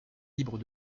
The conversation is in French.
libre